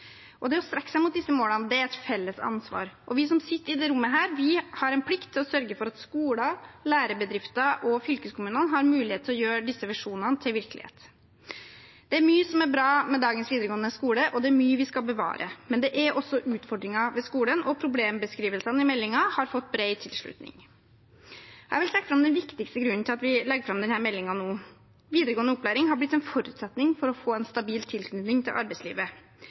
Å strekke seg mot disse målene er et felles ansvar. Vi som sitter i dette rommet, har en plikt til å sørge for at skoler, lærebedrifter og fylkeskommunene har mulighet til å gjøre disse visjonene til virkelighet. Det er mye som er bra med dagens videregående skole, og det er mye vi skal bevare. Men det er også utfordringer i skolen, og problembeskrivelsene i meldingen har fått bred tilslutning. Jeg vil trekke fram den viktigste grunnen til at vi legger fram denne meldingen nå. Videregående opplæring har blitt en forutsetning for å få en stabil tilknytning til arbeidslivet.